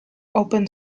open